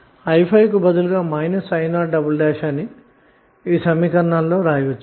కాబట్టి i5కి బదులుగా i0 అని ఈ సమీకరణం లో సూచించవచ్చు